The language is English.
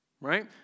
right